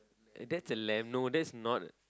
that's a lamb no that's not